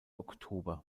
oktober